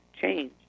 change